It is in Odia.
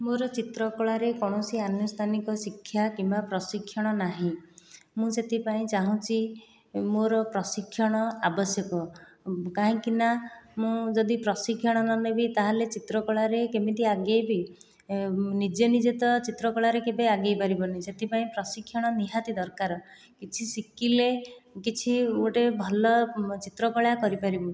ମୋର ଚିତ୍ରକଳାରେ କୌଣସି ଆନୁଷ୍ଠାନିକ ଶିକ୍ଷା କିମ୍ବା ପ୍ରଶିକ୍ଷଣ ନାହିଁ ମୁଁ ସେଥିପାଇଁ ଚାଁହୁଛି ମୋର ପ୍ରଶିକ୍ଷଣ ଆବଶ୍ୟକ କାହିଁକିନା ମୁଁ ଯଦି ପ୍ରଶିକ୍ଷଣ ନ ନେବି ତାହେଲେ ମୁଁ ଚିତ୍ରକଳାରେ କେମିତି ଆଗେଇବି ନିଜେ ନିଜେ ତ ଚିତ୍ରକଳାରେ କେବେ ଆଗେଇପାରିବନି ସେଥିପାଇଁ ପ୍ରଶିକ୍ଷଣ ନିହାତି ଦରକାର କିଛି ଶିଖିଲେ କିଛି ଗୋଟିଏ ଭଲ ଚିତ୍ରକଳା କରିପାରିବୁ